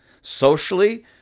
socially